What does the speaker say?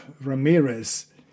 Ramirez